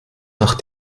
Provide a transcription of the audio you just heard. nach